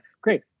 Great